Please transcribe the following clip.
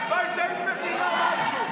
הלוואי שהיית מבינה משהו.